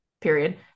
period